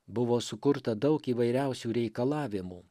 buvo sukurta daug įvairiausių reikalavimų